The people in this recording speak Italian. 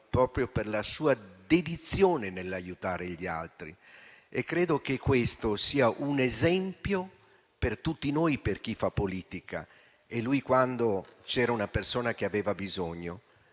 proprio per la sua dedizione nell'aiutare gli altri. Credo che questo sia un esempio per tutti noi, per chi fa politica. Quando una persona aveva bisogno,